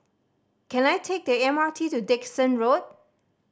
can I take the M R T to Dickson Road